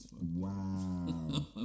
Wow